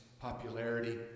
popularity